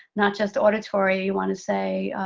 not just auditory. you want to say,